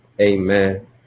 amen